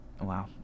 wow